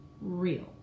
real